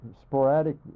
sporadic